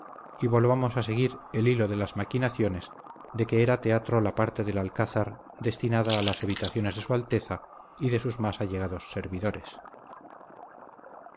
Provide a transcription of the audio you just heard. y volvamos a seguir el hilo de las maquinaciones de que era teatro la parte del alcázar destinada a las habitaciones de su alteza y de sus más allegados servidores